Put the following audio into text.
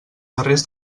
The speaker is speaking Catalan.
darrers